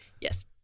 Yes